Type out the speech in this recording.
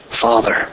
Father